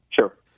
Sure